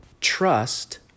trust